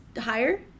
Higher